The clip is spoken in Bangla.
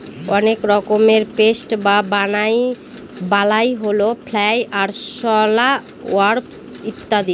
অনেক রকমের পেস্ট বা বালাই হল ফ্লাই, আরশলা, ওয়াস্প ইত্যাদি